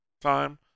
time